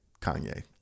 Kanye